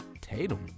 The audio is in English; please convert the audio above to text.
Tatum